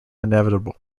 inevitable